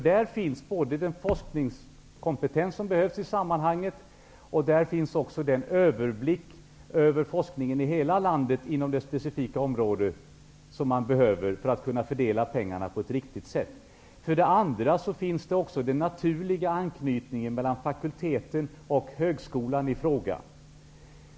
Där finns både den forskningskompetens och den överblick över forskningen i hela landet för varje specifikt område, som behövs för att kunna fördela pengarna på ett riktigt sätt. Den naturliga anknytningen mellan fakulteten och högskolan finns också.